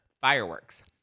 Fireworks